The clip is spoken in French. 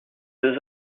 deux